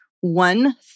one